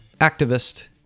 activist